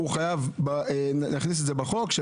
הוא יכול להגיד את דעתו.